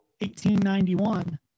1891